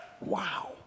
wow